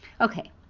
okay